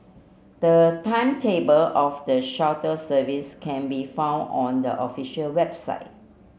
the timetable of the shuttle service can be found on the official website